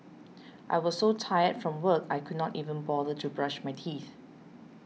I was so tired from work I could not even bother to brush my teeth